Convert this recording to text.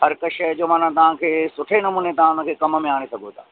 हर हिकु शइ जो माना तहांखे सुठे नमूने तव्हां उनखे कम में आणे सघो था